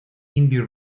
indie